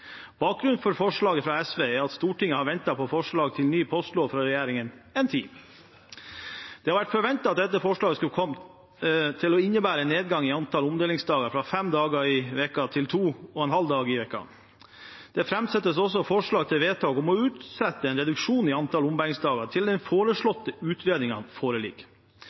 Bakgrunnen for forslaget fra SV er at Stortinget har ventet på forslag til ny postlov fra regjeringen en tid. Det har vært forventet at dette forslaget kom til å innebære en nedgang i antall omdelingsdager fra fem dager i uken til to og en halv dag i uken. Det framsettes også forslag til vedtak om å utsette en reduksjon i antallet ombæringsdager til den foreslåtte utredningen foreligger,